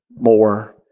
more